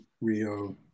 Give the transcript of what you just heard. Rio